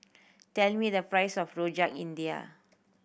tell me the price of Rojak India